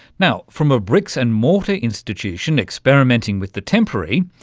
now from a bricks-and-mortar institution experimenting with the temporary,